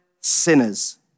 sinners